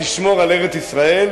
תשמור על ארץ-ישראל,